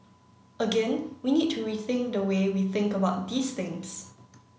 again we need to rethink the way we think about these things